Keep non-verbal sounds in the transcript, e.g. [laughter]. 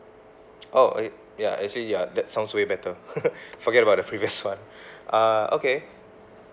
oh it ya actually ya that sounds way better [laughs] forget about the previous [one] [breath] uh okay